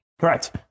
Correct